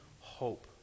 hope